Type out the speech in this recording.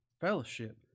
fellowship